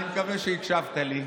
אני מקווה שהקשבת לי.